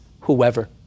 whoever